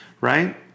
right